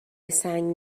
سنگ